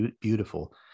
beautiful